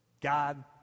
God